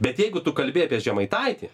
bet jeigu tu kalbi apie žemaitaitį